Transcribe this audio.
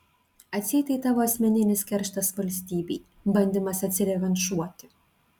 atseit tai tavo asmeninis kerštas valstybei bandymas atsirevanšuoti